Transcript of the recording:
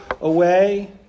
away